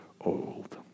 old